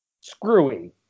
screwy